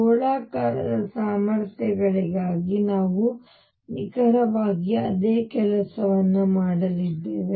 ಗೋಳಾಕಾರದ ಸಾಮರ್ಥ್ಯಗಳಿಗಾಗಿ ನಾವು ನಿಖರವಾಗಿ ಅದೇ ಕೆಲಸವನ್ನು ಮಾಡಲಿದ್ದೇವೆ